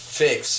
fix